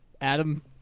Adam